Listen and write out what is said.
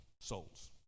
souls